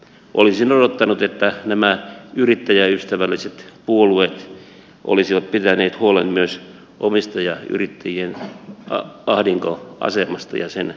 olisin odottanut että nämä yrittäjäystävälliset puolueet olisivat pitäneet huolen myös omistajayrittäjien ahdinkoasemasta ja sen helpottamisesta